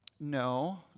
No